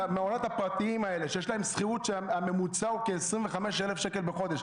למעונות הפרטיים האלה יש שכירות שהממוצע הוא כ-25,000 שקל בחודש,